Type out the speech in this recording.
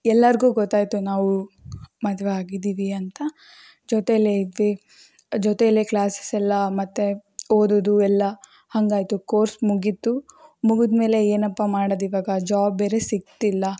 ಎಲ್ಲರ್ಗೂ ಗೊತ್ತಾಯಿತು ನಾವು ಮದುವೆ ಆಗಿದ್ದೀವಿ ಅಂತ ಜೊತೆಲೇ ಇದ್ವಿ ಜೊತೆಲೇ ಕ್ಲಾಸಸ್ಸೆಲ್ಲ ಮತ್ತೆ ಓದೋದು ಎಲ್ಲ ಹಾಗಾಯ್ತು ಕೋರ್ಸ್ ಮುಗೀತು ಮುಗಿದ್ಮೇಲೆ ಏನಪ್ಪಾ ಮಾಡೋದಿವಾಗ ಜಾಬ್ ಬೇರೆ ಸಿಗ್ತಿಲ್ಲ